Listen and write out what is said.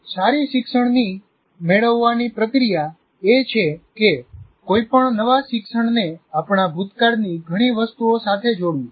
સારી શિક્ષણની મેળવવાની પ્રક્રિયા એ છે કે કોઈપણ નવા શિક્ષણને આપણા ભૂતકાળની ઘણી વસ્તુઓ સાથે જોડવું